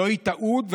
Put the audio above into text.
זוהי טעות,